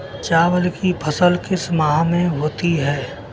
चावल की फसल किस माह में होती है?